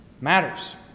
matters